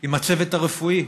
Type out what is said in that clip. עם הצוות הרפואי.